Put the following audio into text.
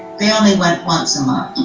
they only went once a month.